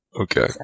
Okay